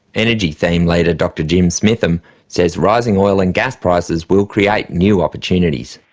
energy theme leader dr jim smitham says rising oil and gas prices will create new opportunities.